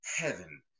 heaven